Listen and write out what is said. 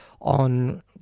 on